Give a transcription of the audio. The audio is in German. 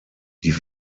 die